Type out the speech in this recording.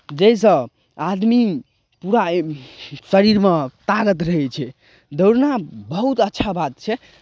जाहिसँ आदमी पूरा शरीरमे ताकत रहै छै दौड़ना बहुत अच्छा बात छै